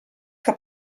que